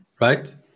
right